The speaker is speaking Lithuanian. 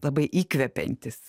labai įkvepiantis